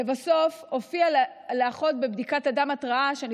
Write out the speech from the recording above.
לבסוף הופיעה לאחות בבדיקת הדם התראה שאני